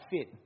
fit